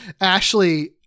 Ashley